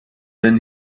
then